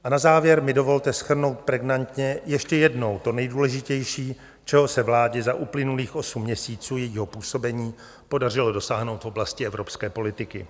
A na závěr mi dovolte shrnout pregnantně ještě jednou to nejdůležitější, čeho se vládě za uplynulých osm měsíců jejího působení podařilo dosáhnout v oblasti evropské politiky.